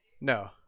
No